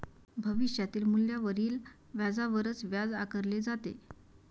भविष्यातील मूल्यावरील व्याजावरच व्याज आकारले जाते